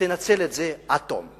תנצל את זה עד תום.